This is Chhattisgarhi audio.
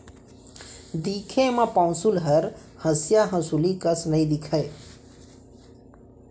दिखे म पौंसुल हर हँसिया हँसुली कस नइ दिखय